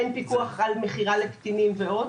אין פיקוח על מכירה לקטינים ועוד,